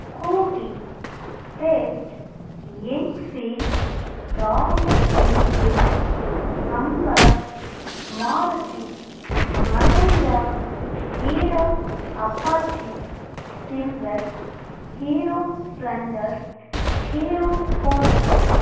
scooty pep Enfield Royal Enfield hummer Maruti Mahindra hero apache silver hero splendor Hero Honda